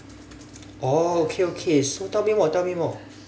oh okay okay so tell me more tell me more